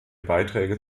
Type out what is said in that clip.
beiträge